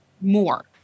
more